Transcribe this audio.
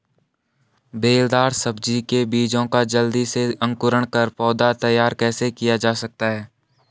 बेलदार सब्जी के बीजों का जल्दी से अंकुरण कर पौधा तैयार कैसे किया जा सकता है?